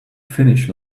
finish